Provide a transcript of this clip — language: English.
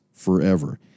Forever